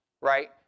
right